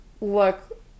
look